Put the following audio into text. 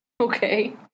Okay